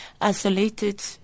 isolated